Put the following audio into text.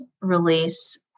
release